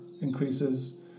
increases